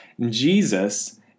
Jesus